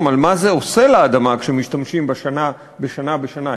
על מה זה עושה לאדמה כשמשתמשים בה שנה בשנה בשנה.